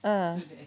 ah